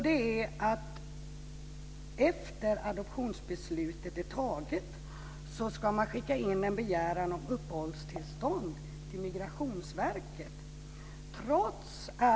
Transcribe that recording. Det är att man efter att adoptionsbeslutet är fattat ska skicka in en begäran om uppehållstillstånd till Migrationsverket.